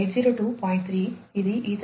3 ఇది ఈథర్నెట్ ఉపయోగించే ప్రమాణం